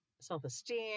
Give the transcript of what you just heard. self-esteem